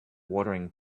watering